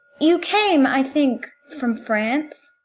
you came, i think, from france?